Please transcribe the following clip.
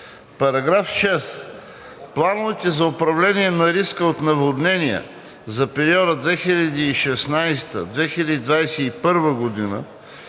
§ 6: „§ 6. Плановете за управление на риска от наводнения за периода 2016 – 2021 г. и